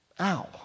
ow